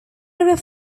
river